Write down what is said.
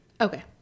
Okay